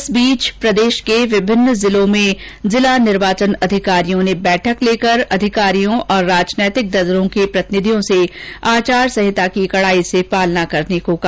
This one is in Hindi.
इस बीच प्रदेश के विभिन्न जिलों में जिला निर्वाचन अधिकारियों ने बैठक लेकर अधिकारियों और राजनैतिक दलों के प्रतिनिधियों से आचारसंहिता की कड़ाई से पालना करने को कहा